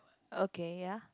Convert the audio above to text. okay ya